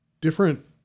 different